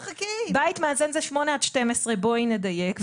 בית מאזן זה 8:00 עד 12:00 בואי נדייק,